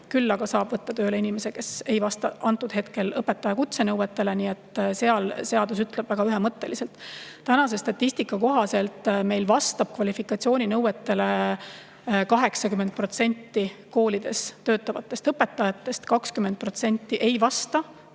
küll aga saab võtta tööle inimese, kes ei vasta antud hetkel õpetajakutse nõuetele. Seadus ütleb seda väga ühemõtteliselt. Tänase statistika kohaselt vastab kvalifikatsiooninõuetele 80% koolides töötavatest õpetajatest. 20% ei vasta